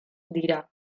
dira